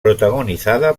protagonizada